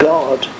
God